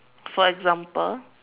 for example